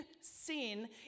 sin